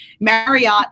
Marriott